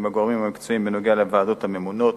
הגורמים המקצועיים בנוגע לוועדות הממונות.